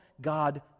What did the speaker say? God